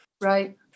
Right